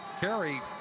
carry